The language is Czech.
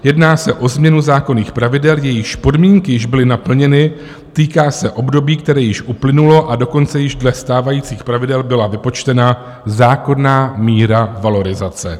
Jedná se o změnu zákonných pravidel, jejichž podmínky již byly naplněny, týká se období, které již uplynulo, a dokonce již dle stávajících pravidel byla vypočtena zákonná míra valorizace.